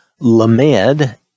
Lamed